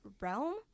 realm